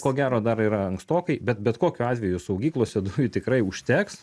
ko gero dar yra ankstokai bet bet kokiu atveju saugyklose dujų tikrai užteks